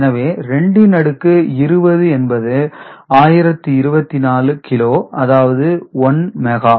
எனவே 2 இன் அடுக்கு 20 என்பது 1024 கிலோ அதாவது 1 மெகா